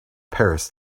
paris